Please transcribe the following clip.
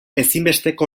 ezinbesteko